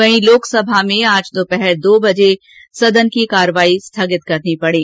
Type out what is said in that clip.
वहीं लोकसभा में आज दोपहर दो बजे सदन की कार्यवाही स्थगित करनी पड़ी